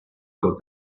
got